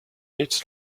its